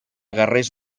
guerrers